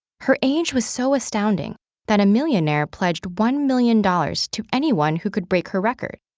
her age was so astounding that a millionaire pledged one million dollars to anyone who could break her record.